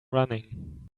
running